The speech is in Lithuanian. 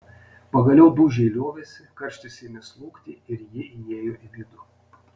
pagaliau dūžiai liovėsi karštis ėmė slūgti ir ji įėjo į vidų